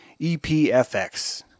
EPFX